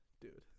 Dude